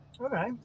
Okay